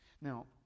Now